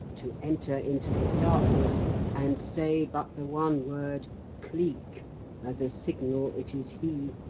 to enter into the darkness and say but the one word cleek as a signal it is he,